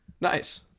Nice